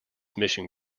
mission